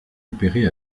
opéré